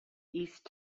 east